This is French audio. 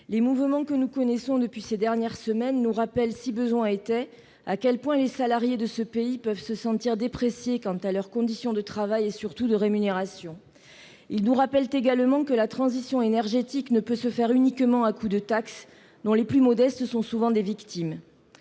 Les mouvements que nous connaissons depuis ces dernières semaines nous rappellent, si besoin était, à quel point les salariés de ce pays peuvent se sentir dépréciés quant à leurs conditions de travail et, surtout, de rémunération. Ils nous rappellent également que la transition énergétique ne peut se faire uniquement à coup de taxes, dont les plus modestes sont souvent des victimes.